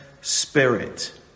spirit